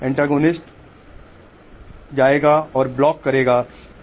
ANTAGONIST जाएगा और block करेगा